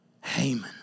Haman